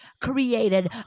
created